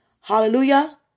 Hallelujah